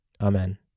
Amen